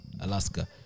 Alaska